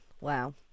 Wow